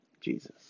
Jesus